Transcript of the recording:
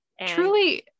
Truly